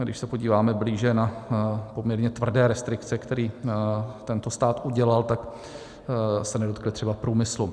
Když se podíváme blíže na poměrně tvrdé restrikce, které tento stát udělal, tak se nedotkly třeba průmyslu.